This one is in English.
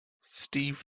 steve